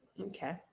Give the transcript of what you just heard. Okay